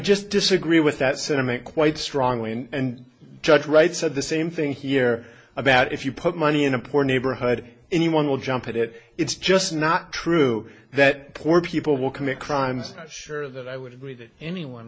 just disagree with that sentiment quite strongly and judge wright said the same thing here about if you put money in a poor neighborhood anyone will jump at it it's just not true that poor people will commit crimes sure that i would agree that anyone